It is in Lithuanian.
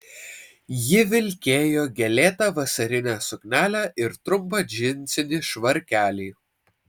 ji vilkėjo gėlėtą vasarinę suknelę ir trumpą džinsinį švarkelį